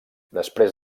després